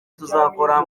tuzakora